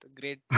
great